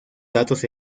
datos